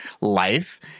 life